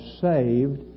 saved